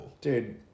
Dude